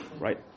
right